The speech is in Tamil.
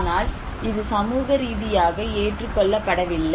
ஆனால் இது சமூக ரீதியாக ஏற்றுக்கொள்ளப்படவில்லை